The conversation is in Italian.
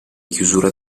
chiusura